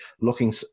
looking